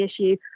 issue